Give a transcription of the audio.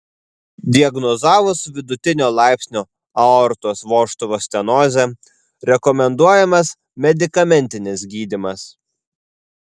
diagnozavus vidutinio laipsnio aortos vožtuvo stenozę rekomenduojamas medikamentinis gydymas